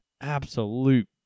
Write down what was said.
Absolute